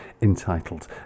entitled